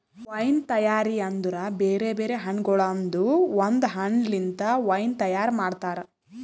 wine ತೈಯಾರಿ ಅಂದುರ್ ಬೇರೆ ಬೇರೆ ಹಣ್ಣಗೊಳ್ದಾಂದು ಒಂದ್ ಹಣ್ಣ ಲಿಂತ್ ವೈನ್ ತೈಯಾರ್ ಮಾಡ್ತಾರ್